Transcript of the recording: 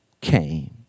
came